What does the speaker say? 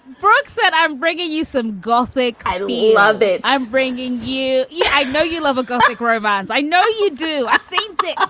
brooks said, i'm bringing you some gothic i love it. i'm bringing you yeah i know you love a gothic romance. i know you do. i see it. ah